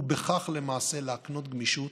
ובכך למעשה להקנות גמישות